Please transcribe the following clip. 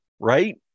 Right